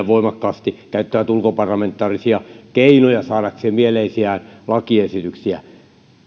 voimakkaasti käyttävät ulkoparlamentaarisia keinoja saadakseen mieleisiään lakiesityksiä